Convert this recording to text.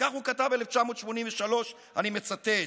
וכך הוא כתב ב-1983, ואני מצטט: